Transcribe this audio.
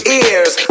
ears